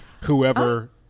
whoever